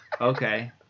okay